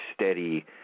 steady